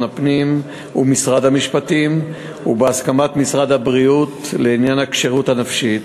הפנים ומשרד המשפטים ובהסכמת משרד הבריאות לעניין הכשירות הנפשית.